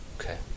Okay